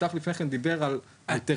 יפתח קודם דיבר על אלטרנטיבה,